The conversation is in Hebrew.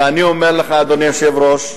ואני אומר לך, אדוני היושב-ראש,